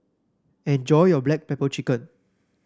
enjoy your Black Pepper Chicken